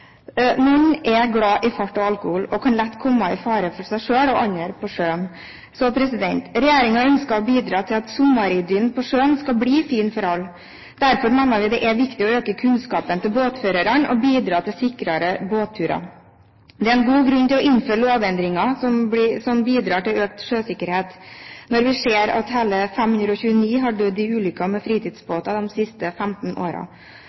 Noen er glad i fart og alkohol, og kan lett sette seg selv og andre på sjøen i fare. Regjeringen ønsker å bidra til at sommeridyllen på sjøen skal bli fin for alle. Derfor mener vi det er viktig å øke kunnskapen til båtførerne og bidra til sikrere båtturer. Det er god grunn til å innføre lovendringer som bidrar til økt sjøsikkerhet, når vi ser at hele 529 mennesker har dødd i ulykker i forbindelse med fritidsbåter de siste 15